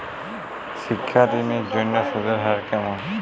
শিক্ষা ঋণ এর জন্য সুদের হার কেমন?